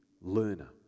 learner